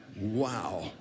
Wow